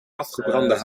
afgebrande